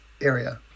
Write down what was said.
area